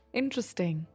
interesting